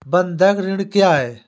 बंधक ऋण क्या है?